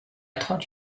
thought